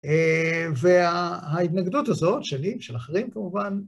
וההתנגדות הזאת שלי ושל אחרים כמובן